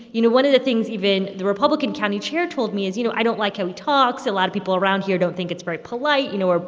you know, one of the things even the republican county chair told me is, you know, i don't like how he talks. a lot of people around here don't think it's very polite. you know, ah